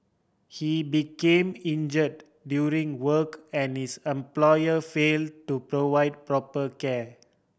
he became injured during work and his employer fail to provide proper care